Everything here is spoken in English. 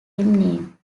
name